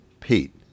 Pete